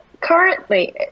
Currently